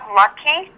lucky